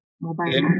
mobile